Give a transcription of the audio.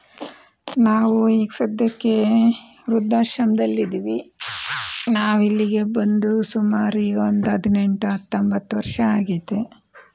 ನಾವು ಈಗ ಸದ್ಯಕ್ಕೆ ವೃದ್ಧಾಶ್ರಮದಲ್ಲಿದ್ದೀವಿ ನಾವಿಲ್ಲಿಗೆ ಬಂದು ಸುಮಾರು ಈಗೊಂದು ಹದಿನೆಂಟು ಹತ್ತೊಂಬತ್ತು ವರ್ಷ ಆಗಿದೆ